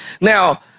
now